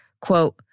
quote